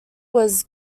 was